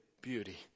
beauty